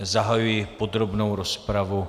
Zahajuji podrobnou rozpravu.